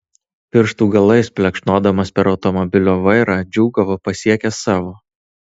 pirštų galais plekšnodamas per automobilio vairą džiūgavo pasiekęs savo